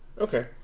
Okay